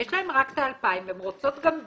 ויש להן רק את ה-2,000 והן רוצות גם דולה,